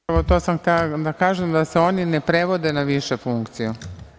Upravo to sam htela da kažem da se oni ne prevode na višu funkciju.